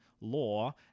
law